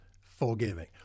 forgiving